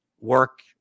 work